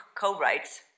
co-writes